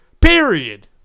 Period